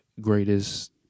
greatest